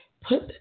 put